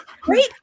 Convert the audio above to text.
Great